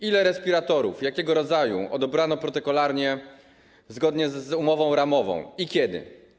Ile respiratorów i jakiego rodzaju odebrano protokolarnie zgodnie z umową ramową i kiedy?